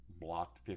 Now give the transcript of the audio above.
blocked